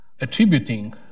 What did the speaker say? attributing